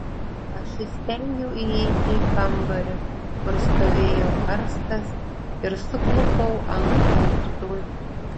aš įstengiau įeiti į kambarį kur stovėjo karstas ir suklupau ant klauptų